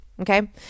Okay